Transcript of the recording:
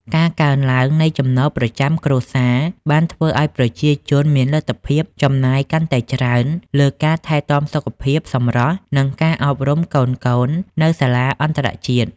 ការកើនឡើងនៃចំណូលប្រចាំគ្រួសារ បានធ្វើឱ្យប្រជាជនមានលទ្ធភាពចំណាយកាន់តែច្រើនលើការថែទាំសុខភាព សម្រស់ និងការអប់រំកូនៗនៅសាលាអន្តរជាតិ។